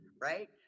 Right